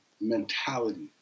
mentality